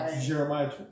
Jeremiah